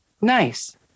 Nice